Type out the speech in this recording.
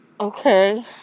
Okay